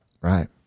Right